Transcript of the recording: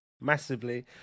massively